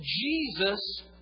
Jesus